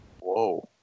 Whoa